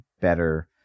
better